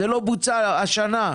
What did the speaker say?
זה לא בוצע השנה.